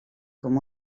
com